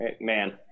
Man